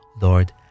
Lord